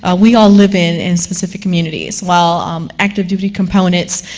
ah we all live in in specific communities while um active duty components,